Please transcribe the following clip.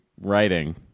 writing